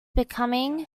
becoming